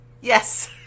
Yes